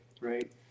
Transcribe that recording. Right